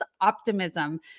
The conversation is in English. optimism